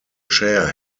chair